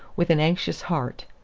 with an anxious heart.